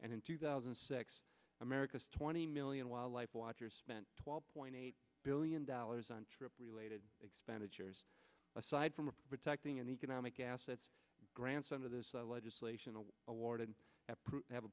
and in two thousand and six america's twenty million wildlife watchers spent twelve point eight billion dollars on trip related expenditures aside from protecting an economic assets grandson of this legislation awarded have a